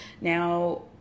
Now